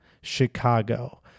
Chicago